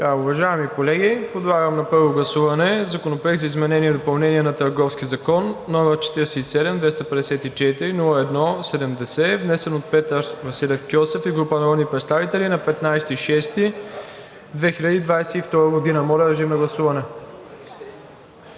Уважаеми колеги, подлагам на първо гласуване Законопроект за изменение и допълнение на Търговския закон, № 47-254-01-70, внесен от Петър Василев Кьосев и група народни представители на 15 юни 2022 г. Колеги, след